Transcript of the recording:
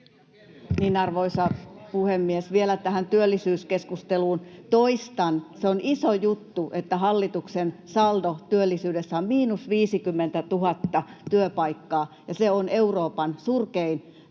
Arvoisa puhemies! Vielä tähän työllisyyskeskusteluun: Toistan, se on iso juttu, että hallituksen saldo työllisyydessä on miinus 50 000 työpaikkaa, ja se on Euroopan surkein